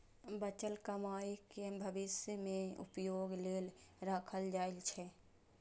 बचल कमाइ कें भविष्य मे उपयोग लेल राखल जाइ छै